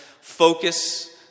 focus